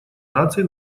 наций